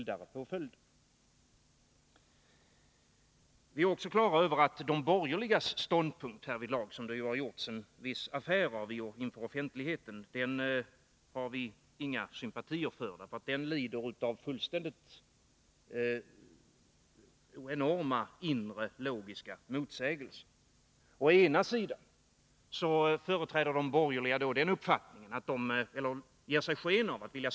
sagts gäller även annat mål som handläggs i samma rättegång. Om det behövs med hänsyn till målets omfattning eller någon annan särskild omständighet, får sex nämndemän sitta i rätten.